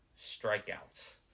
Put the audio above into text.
strikeouts